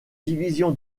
division